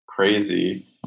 crazy